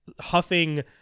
huffing